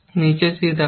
নিচে c রাখা হয়